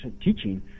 teaching